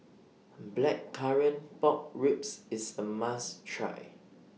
Blackcurrant Pork Ribs IS A must Try